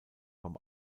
beim